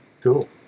Cool